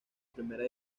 primera